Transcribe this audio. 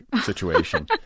situation